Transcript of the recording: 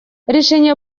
решение